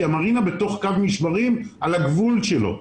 המרינה בתוך קו משברים על הגבול שלו.